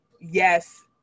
yes